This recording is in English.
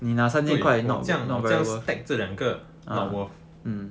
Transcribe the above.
对我这样这样 stack 这两个 not worth